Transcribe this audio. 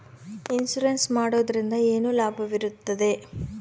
Insurance ಮಾಡೋದ್ರಿಂದ ಏನು ಲಾಭವಿರುತ್ತದೆ?